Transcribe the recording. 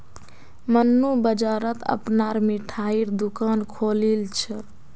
मन्नू बाजारत अपनार मिठाईर दुकान खोलील छ